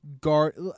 guard